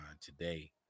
today